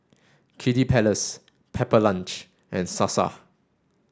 Kiddy Palace Pepper Lunch and Sasa